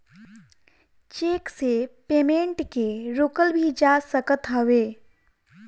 check से payment के रोकल भी जा सकत हवे